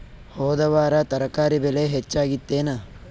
ಹೊದ ವಾರ ತರಕಾರಿ ಬೆಲೆ ಹೆಚ್ಚಾಗಿತ್ತೇನ?